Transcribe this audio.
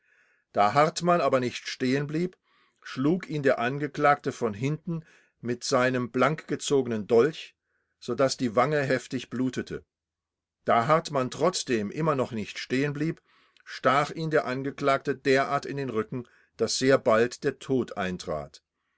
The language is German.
da hartmann aber nicht stehenblieb schlug ihn der angeklagte von hinten mit seinem blankgezogenen dolch so daß die wange heftig blutete da hartmann trotzdem immer noch nicht stehenblieb stach ihn der angeklagte derartig in den rücken daß sehr bald der tod eintrat